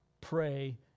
pray